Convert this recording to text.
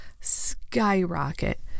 skyrocket